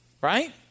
Right